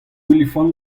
olifant